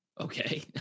Okay